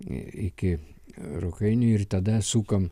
iki rukainių ir tada sukam